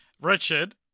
Richard